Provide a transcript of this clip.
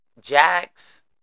Jax